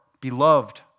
beloved